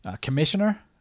commissioner